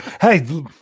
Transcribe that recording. Hey